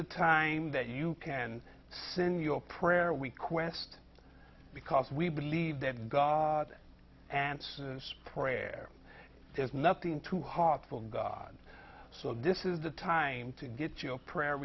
the time that you can send your prayer we quest because we believe that god and since prayer there's nothing too hot for god so this is the time to get your prayer